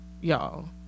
y'all